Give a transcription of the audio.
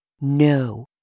No